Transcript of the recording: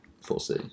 foresee